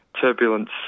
turbulence